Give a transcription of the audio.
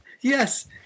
Yes